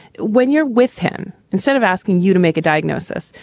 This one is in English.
when you're with him, instead of asking you to make a diagnosis,